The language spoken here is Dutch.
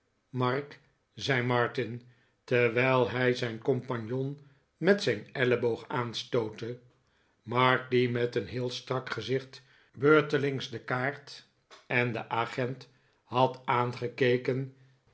mark zei martin terwijl hij zijn compagnon met zijn elleboog aanstootte mark die met een heel strak gezicht beurtelings de kaart en den agent had aangekeken